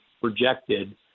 projected